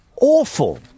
awful